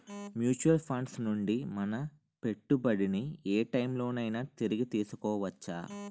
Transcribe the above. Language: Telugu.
మ్యూచువల్ ఫండ్స్ నుండి మన పెట్టుబడిని ఏ టైం లోనైనా తిరిగి తీసుకోవచ్చా?